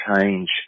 change